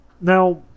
now